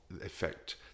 effect